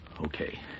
Okay